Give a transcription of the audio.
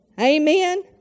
Amen